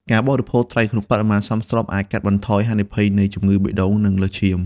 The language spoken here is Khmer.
ការបរិភោគត្រីក្នុងបរិមាណសមស្របអាចកាត់បន្ថយ ហានិភ័យ នៃជំងឺបេះដូង និងលើសឈាម។